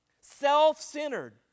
self-centered